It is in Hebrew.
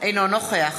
אינו נוכח